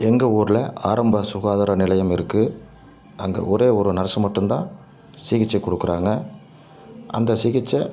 எங்கள் ஊரில் ஆரம்ப சுகாதார நிலையம் இருக்கு அங்கே ஒரு நர்ஸ் மட்டும்தான் சிகிச்சை கொடுக்குறாங்க அந்த சிகிச்சை